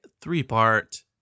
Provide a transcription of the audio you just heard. three-part